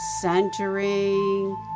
centering